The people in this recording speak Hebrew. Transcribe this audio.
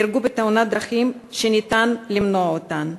נהרגו בתאונות דרכים שניתן למנוע אותן.